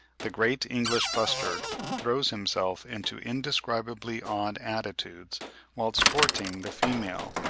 the great english bustard throws himself into indescribably odd attitudes whilst courting the female,